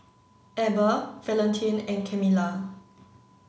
Eber Valentin and Camilla